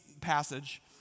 passage